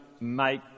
make